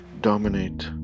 dominate